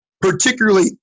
particularly